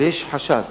ויש חשש